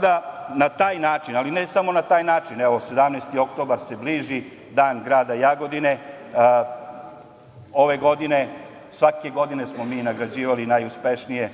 da, na taj način, ali ne samo na taj način, evo, 17. oktobar se bliži, Dan grada Jagodine, ove godine, svake godine smo mi nagrađivali najuspešnije